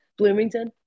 bloomington